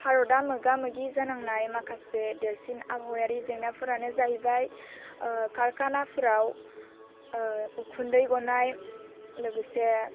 भारतआ मोगा मोगि जानांनाय माखासे देरसिन आबहावायारि जेंनाफोरानो जाहैबाय कारखानाफ्राव उखुन्दै गनाय लोगोसे